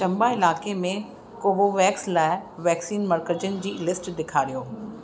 चम्बा इलाइक़े में कोवोवैक्स लाइ वैक्सीन मर्कज़नि जी लिस्ट ॾेखारियो